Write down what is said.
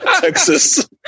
texas